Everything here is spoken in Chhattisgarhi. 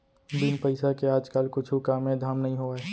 बिन पइसा के आज काल कुछु कामे धाम नइ होवय